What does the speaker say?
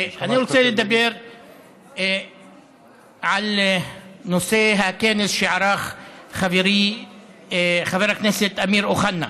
אני רוצה לדבר על נושא הכנס שערך חברי חבר הכנסת אמיר אוחנה.